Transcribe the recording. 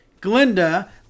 Glinda